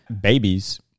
babies